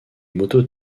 motos